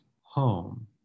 home